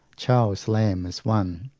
charles lamb is one.